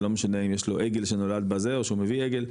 זה לא משנה אם יש לו עגל שנולד בה זה או שהוא מביא עגל,